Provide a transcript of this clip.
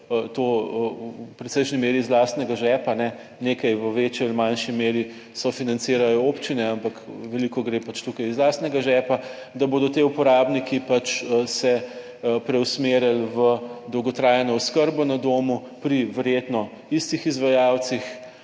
to v precejšnji meri iz lastnega žepa, nekaj v večji ali manjši meri sofinancirajo občine, ampak veliko gre pač tukaj iz lastnega žepa, da bodo ti uporabniki pač se preusmerili v dolgotrajno oskrbo na domu pri verjetno istih izvajalcih.